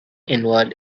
involved